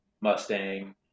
Mustang